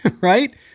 right